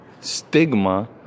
stigma